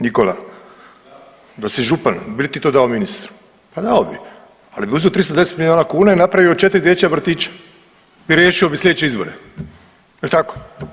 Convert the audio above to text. Nikola, da si župan bi li ti to dao ministru, pa dao bi, ali bi uzeo 310 milijuna kuna i napravio 4 dječja vrtića i riješio bi slijedeće izbore jel tako?